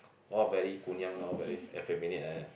all very 姑娘 all very effeminate like that